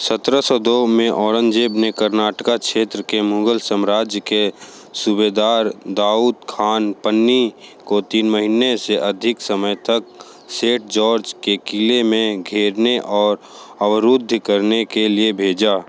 सत्रह सौ दो में औरंगज़ेब ने कर्नाटक क्षेत्र के मुग़ल सम्राज्य के सूबेदार दाऊद ख़न पन्नी को तीन महीने से अधिक समय तक सेट जॉर्ज के क़िले में घेरने और अवरुद्ध करने के लिए भेजा